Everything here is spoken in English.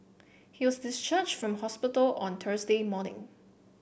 he was discharged from hospital on Thursday morning